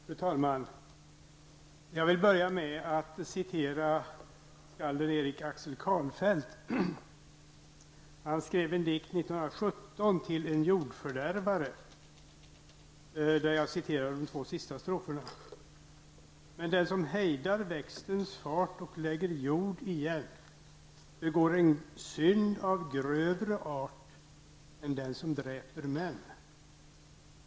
Fru talman! Jag vill börja med att citera skalden Erik Axel Karlfeldt. Han skrev en dikt 1917, Till en jordfördärvare. Jag citerar de två sista stroferna. ''Men den som hejdar växtens fart och lägger jord igen begår en synd av grövre art än den som dräper män.